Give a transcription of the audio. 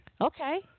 Okay